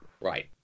Right